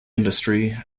industry